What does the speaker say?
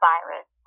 Virus